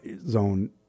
Zone